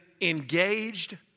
engaged